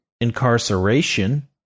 Incarceration